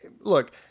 look